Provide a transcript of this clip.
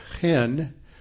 hen